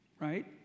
Right